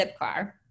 Zipcar